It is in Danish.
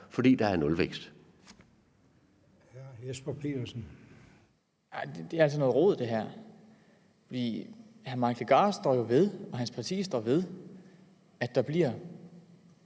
fordi der er nulvækst.